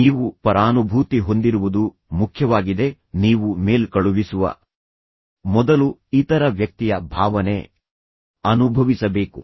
ನೀವು ಪರಾನುಭೂತಿ ಹೊಂದಿರುವುದು ಮುಖ್ಯವಾಗಿದೆ ನೀವು ಮೇಲ್ ಕಳುಹಿಸುವ ಮೊದಲು ಇತರ ವ್ಯಕ್ತಿಯ ಭಾವನೆ ಅನುಭವಿಸಬೇಕು